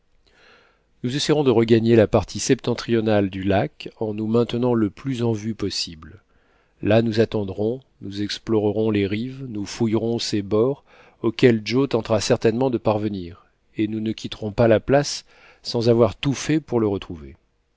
nous essayerons de regagner la partie septentrionale du lac en nous maintenant le plus en vue possible là nous attendrons nous explorerons les rives nous fouillerons ces bords auxquels joe tentera certainement de parvenir et nous ne quitterons pas la place sans avoir tout fait pour le retrouver